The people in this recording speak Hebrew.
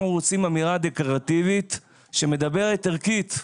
רוצים אמירה דקלרטיבית שמדברת ערכית,